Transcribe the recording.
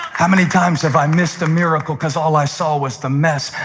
how many times have i missed a miracle because all i saw was the mess?